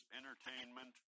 entertainment